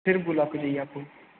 सिर्फ गुलाब के चाहिए आपको